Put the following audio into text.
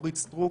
אורית סטרוק,